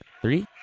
three